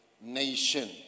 nation